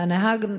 הנהג,